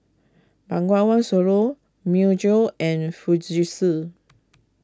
Bengawan Solo Myojo and Fujitsu